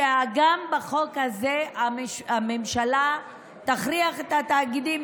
שבחוק הזה הממשלה תכריח את התאגידים